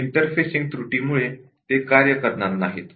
interfacing error मुळे ते व्यवस्थित कार्य करणार नाहीत